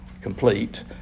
complete